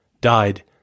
died